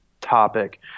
topic